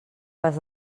pas